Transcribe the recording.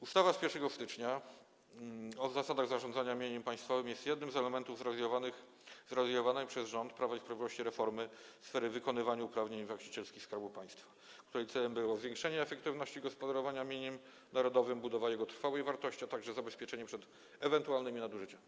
Ustawa z 1 stycznia o zasadach zarządzania mieniem państwowym jest jednym z elementów realizowanej przez rząd Prawa i Sprawiedliwości reformy w sferze wykonywania uprawnień właścicielskich Skarbu Państwa, której celem były zwiększenie efektywności gospodarowania mieniem narodowym, budowa jego trwałej wartości, a także zabezpieczenie przed ewentualnymi nadużyciami.